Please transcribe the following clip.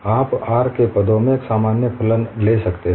आप आर के पदों में एक सामान्य फलन ले सकते हैं